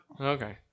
Okay